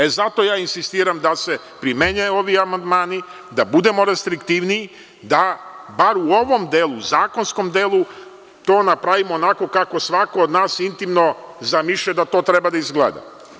E, zato ja insistiram da se primenjuju ovi amandmani, da budemo restriktivniji, da bar u ovom delu, zakonskom delu to napravimo onako kako svako od nas intimno zamišlja da to treba da izgleda?